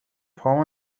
پامو